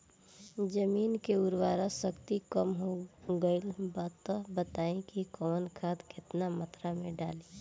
जमीन के उर्वारा शक्ति कम हो गेल बा तऽ बताईं कि कवन खाद केतना मत्रा में डालि?